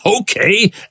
okay